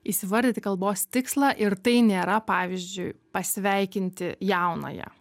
įsivardyti kalbos tikslą ir tai nėra pavyzdžiui pasveikinti jaunąją